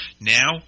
Now